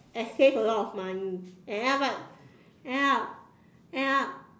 exchange a lot of money and end up right end up end up